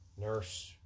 nurse